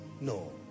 No